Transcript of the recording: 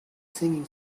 singing